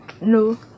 No